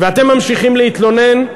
ואתם ממשיכים להתלונן,